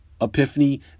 epiphany